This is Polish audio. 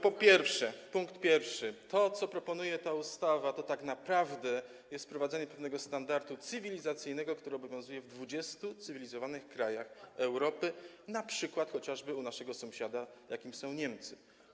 Po pierwsze, punkt pierwszy, to, co proponuje ta ustawa, to tak naprawdę jest wprowadzenie pewnego standardu cywilizacyjnego, który obowiązuje w 20 cywilizowanych krajach, np. u naszego sąsiada, jakim są Niemcy.